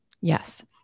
Yes